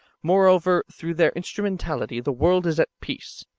moreover, through their instrumentality the world is at peace,